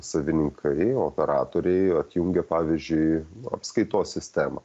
savininkai operatoriai atjungia pavyzdžiui apskaitos sistemą